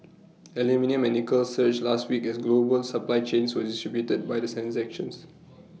aluminium and nickel surged last week as global supply chains were disrupted by the sand sections